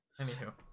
Anywho